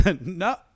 no